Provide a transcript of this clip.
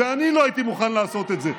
אני לא הייתי מוכן לעשות את זה,